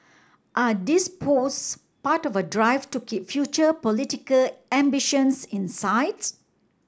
are these posts part of a drive to keep future political ambitions in sight